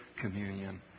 communion